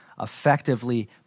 effectively